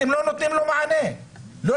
אתם לא נותנים מענה לעסקים.